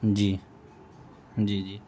جی جی جی